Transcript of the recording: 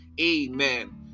amen